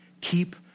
Keep